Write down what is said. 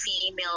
female